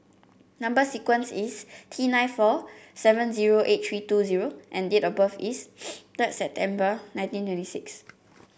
number sequence is T nine four seven zero eight three two zero and date of birth is third September nineteen twenty six